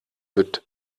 wird